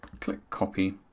click copy,